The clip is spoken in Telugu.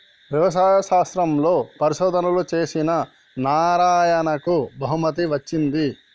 వ్యవసాయ శాస్త్రంలో పరిశోధనలు చేసిన నారాయణకు బహుమతి వచ్చింది